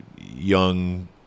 young